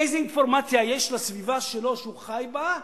איזו אינפורמציה יש לסביבה שלו, שהוא חי בה,